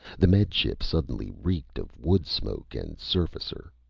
the med ship suddenly reeked of wood smoke and surfacer.